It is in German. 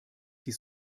die